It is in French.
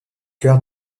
cœur